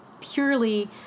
purely